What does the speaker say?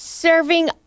Serving